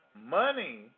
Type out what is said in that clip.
money